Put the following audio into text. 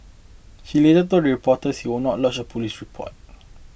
she later told reporter he would not lodge a police report